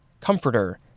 comforter